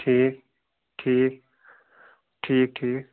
ٹھیٖک ٹھیٖک ٹھیٖک ٹھیٖک